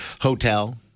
hotel